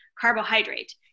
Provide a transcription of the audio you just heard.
carbohydrate